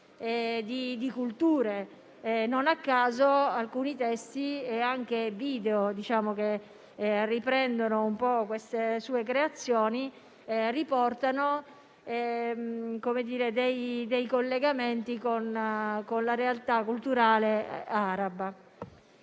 di culture. Non a caso, alcuni testi e video che riprendono le sue creazioni riportano dei collegamenti con la realtà culturale araba.